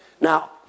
Now